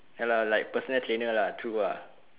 ya lah like personal trainer lah true lah